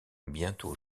bientôt